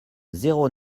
zéro